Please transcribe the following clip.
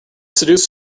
seduce